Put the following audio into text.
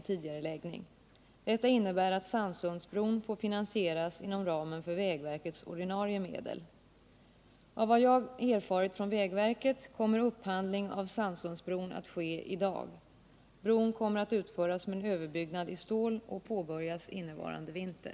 Vad föranledde statsrådet att riva upp en principuppgörelse som byggde på regionaloch sysselsättningspolitiska skäl? Hur stämmer beslutet om att prioritera brobyggen endast i de södra delarna av landet överens med de regionalpolitiska målen att skapa arbete i olika delar av landet?